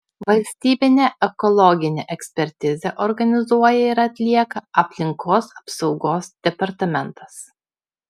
valstybinę ekologinę ekspertizę organizuoja ir atlieka aplinkos apsaugos departamentas